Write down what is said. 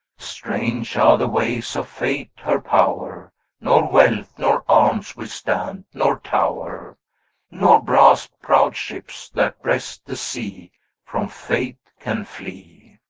strange are the ways of fate, her power nor wealth, nor arms withstand, nor tower nor brass-prowed ships, that breast the sea from fate can flee.